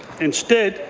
instead,